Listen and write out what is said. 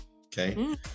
Okay